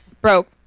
broke